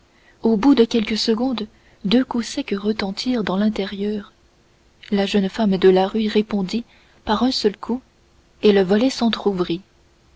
au bout de quelques secondes deux coups secs retentirent dans l'intérieur la jeune femme de la rue répondit par un seul coup et le volet s'entrouvrit